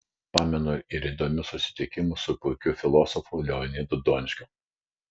pamenu ir įdomius susitikimus su puikiu filosofu leonidu donskiu